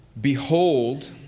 Behold